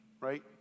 right